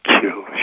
kill